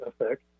effect